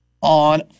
on